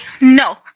no